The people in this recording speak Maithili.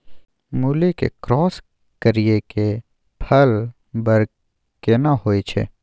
मूली के क्रॉस करिये के फल बर केना होय छै?